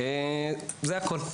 זה הכל.